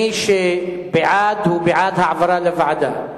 מי שבעד, הוא בעד העברה לוועדה,